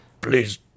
Please